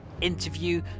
interview